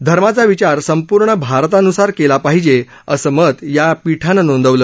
धर्माचा विचार संपूर्ण भारतानुसार केला पाहिजे असं मत या पीठानं नोंदवलं